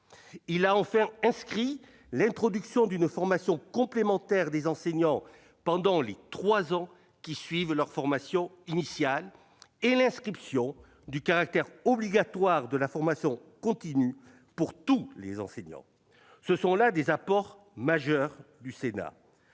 été retenues l'introduction d'une formation complémentaire des enseignants pendant les trois ans suivant leur formation initiale et l'inscription du caractère obligatoire de la formation continue pour tous les enseignants. Ce sont là des apports majeurs du Sénat.